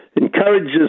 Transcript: encourages